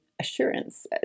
assurance